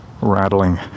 rattling